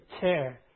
care